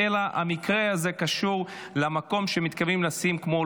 אלא המקרה הזה קשור למקום שמתכוונים לשים בו,